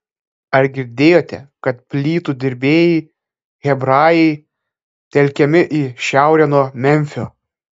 ar girdėjote kad plytų dirbėjai hebrajai telkiami į šiaurę nuo memfio